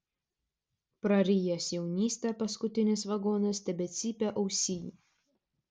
prarijęs jaunystę paskutinis vagonas tebecypia ausyj